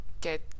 get